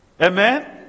Amen